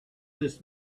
this